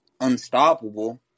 unstoppable